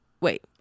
wait